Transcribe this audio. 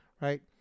right